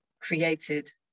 created